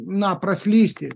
na praslysti